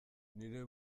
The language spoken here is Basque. nire